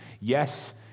Yes